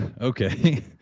Okay